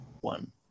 One